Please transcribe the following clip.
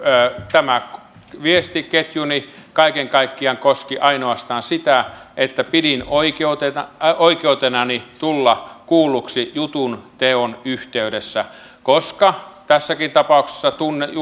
tämä viestiketjuni kaiken kaikkiaan koski ainoastaan sitä että pidin oikeutenani oikeutenani tulla kuulluksi jutun teon yhteydessä koska tässäkin tapauksessa